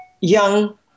young